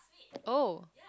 oh